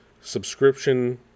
subscription